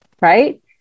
right